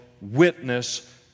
witness